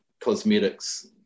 cosmetics